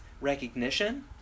recognition